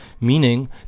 meaning